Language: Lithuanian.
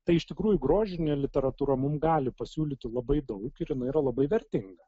tai iš tikrųjų grožinė literatūra mum gali pasiūlyti labai daug ir jinai yra labai vertinga